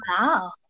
Wow